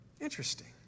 Interesting